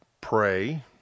Pray